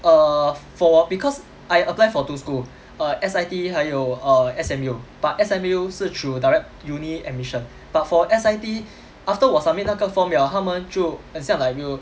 err for 我 because I apply for two school err S_I_T 还有 err S_M_U but S_M_U 是 through direct uni admission but for S_I_T after 我 submit 那个 form liao 他们就很像 like you